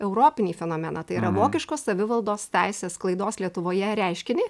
europinį fenomeną tai yra vokiškos savivaldos teisės sklaidos lietuvoje reiškinį